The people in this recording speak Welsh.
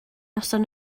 noson